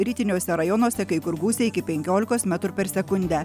rytiniuose rajonuose kai kur gūsiai iki penkiolikos metrų per sekundę